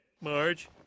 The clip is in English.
Marge